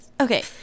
okay